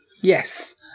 Yes